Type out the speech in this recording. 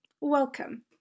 Welcome